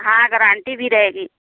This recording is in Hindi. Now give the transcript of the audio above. हाँ गारांटी भी रहेगी